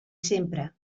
sempre